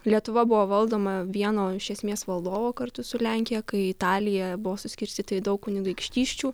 lietuva buvo valdoma vieno iš esmės valdovo kartu su lenkija kai italija buvo suskirstyta į daug kunigaikštysčių